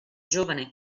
giovane